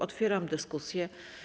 Otwieram dyskusję.